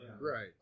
Right